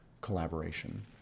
collaboration